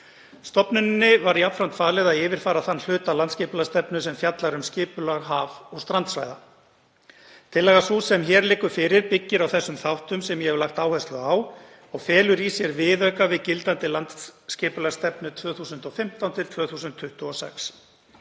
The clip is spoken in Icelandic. Stofnuninni var jafnframt falið að yfirfara þann hluta landsskipulagsstefnu sem fjallar um skipulag haf- og strandsvæða. Tillaga sú sem hér liggur fyrir byggir á þeim þáttum sem ég hef lagt áherslu á og felur í sér viðauka við gildandi landsskipulagsstefnu 2015–2026.